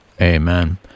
Amen